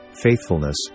faithfulness